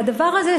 הדבר הזה,